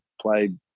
played